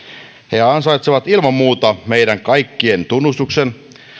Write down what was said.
he ansaitsevat ilman muuta meidän kaikkien tunnustuksen